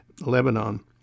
Lebanon